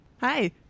Hi